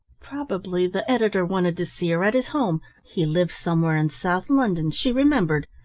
probably the editor wanted to see her at his home, he lived somewhere in south london, she remembered.